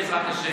בעזרת השם.